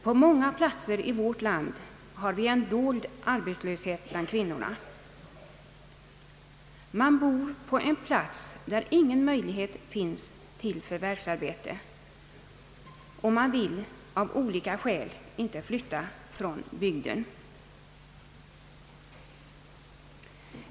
På många orter i vårt land finns en dold arbetslöshet bland kvinnorna. Man bor på en ort där det inte finns någon möjlighet till förvärvsarbete, och man vill av olika skäl inte flytta från bygden.